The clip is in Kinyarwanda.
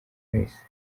wese